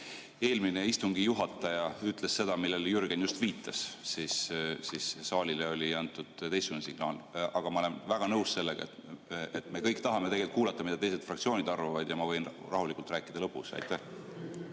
Eelmine istungi juhataja ütles seda, millele Jürgen just viitas. Saalile oli antud teistsugune signaal. Aga ma olen väga nõus sellega, et me kõik tahame tegelikult kuulata, mida teised fraktsioonid arvavad, ja ma võin rahulikult rääkida lõpus. Ma